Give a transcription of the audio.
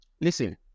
listen